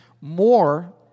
more